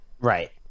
Right